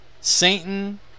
Satan